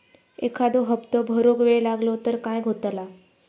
एखादो हप्तो भरुक वेळ लागलो तर काय होतला?